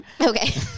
Okay